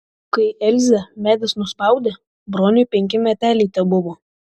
kai elzę medis nuspaudė broniui penki meteliai tebuvo